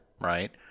right